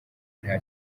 nta